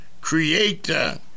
creator